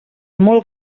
molt